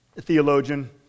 theologian